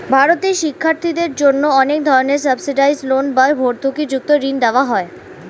ভারতে শিক্ষার্থীদের জন্য অনেক ধরনের সাবসিডাইসড লোন বা ভর্তুকিযুক্ত ঋণ দেওয়া হয়